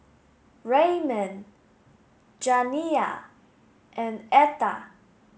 Raymon Janiah and Etta